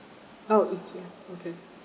oh E_T_F okay